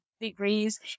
degrees